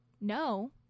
no